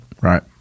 Right